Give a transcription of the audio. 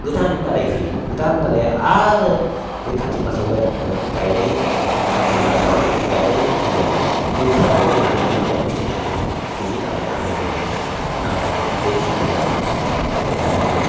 गोदान दालाइ फैयो गोदान दालाइआ आरो बे कार्तिक मासाव गायनाय कार्तिक मासाव गायनाय फुलियानो बैसागुआवबो फानहैनो मोननाय फिथाइ होबावो बेनि थाखायनो आं मोजां मोनो आं दा बेखिनियावनो दोन्थ'नाय जाबाय